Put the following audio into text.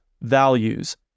values